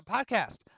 Podcast